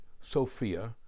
Sophia